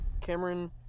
Cameron